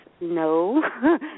no